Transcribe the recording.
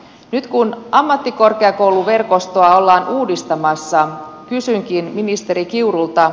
nyt kun ammattikorkeakouluverkostoa ollaan uudistamassa kysynkin ministeri kiurulta